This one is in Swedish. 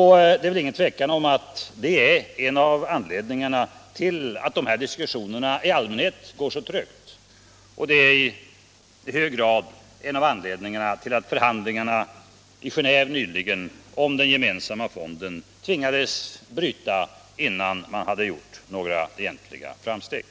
Det råder väl inget tvivel om att det är en av anledningarna till att de här diskussionerna i allmänhet gått trögt, och det är i hög grad en av anledningarna till att förhandlingarna i Genéve nyligen om den gemensamma fonden inte gjorde några framsteg.